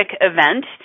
event